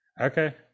Okay